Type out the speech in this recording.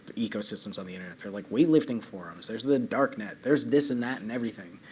ecosystems on the internet. there are like weightlifting forums, there's the darknet, there's this and that and everything.